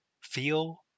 feel